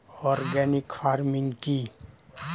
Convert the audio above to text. Organic farming কি?